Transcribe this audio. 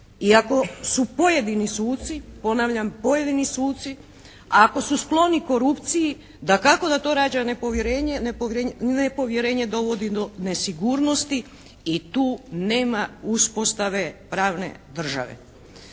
Iako su pojedini suci ponavljam pojedini suci a ako su skloni korupciji dakako da to rađa nepovjerenje, nepovjerenje dovodi do nesigurnosti i tu nema uspostave pravne države.